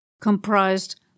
comprised